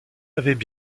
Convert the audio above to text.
avaient